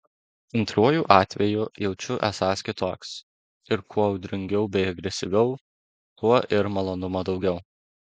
antruoju atveju jaučiu esąs kitoks ir kuo audringiau bei agresyviau tuo ir malonumo daugiau